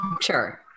Sure